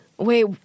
Wait